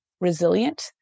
resilient